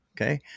Okay